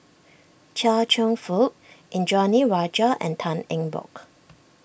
Chia Cheong Fook Indranee Rajah and Tan Eng Bock